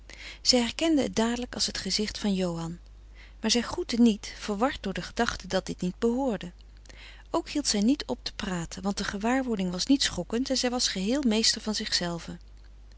zij herkende het dadelijk als het gezicht van johan maar zij groette niet verward door de gedachte dat dit niet behoorde ook hield zij niet op te praten want de gewaarwording was niet schokkend en zij was geheel meester van zichzelve